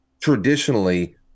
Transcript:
traditionally